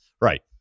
Right